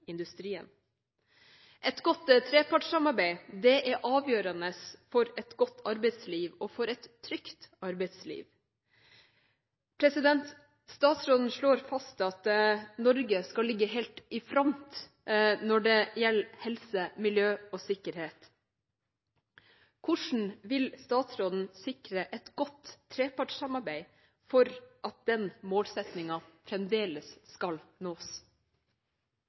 industrien. Et godt trepartssamarbeid er avgjørende for et godt og trygt arbeidsliv. Statsråden slår fast at Norge skal ligge helt i front når det gjelder helse, miljø og sikkerhet. Hvordan vil statsråden sikre et godt trepartssamarbeid for at den målsettingen fremdeles skal nås?